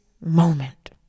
moment